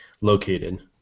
located